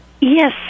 Yes